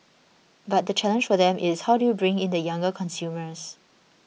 but the challenge for them is how do you bring in the younger consumers